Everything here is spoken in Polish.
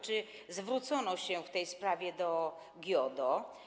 Czy zwrócono się w tej sprawie do GIODO?